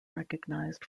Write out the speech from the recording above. recognized